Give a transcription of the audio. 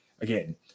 again